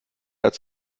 als